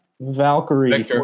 Valkyrie